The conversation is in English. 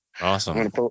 Awesome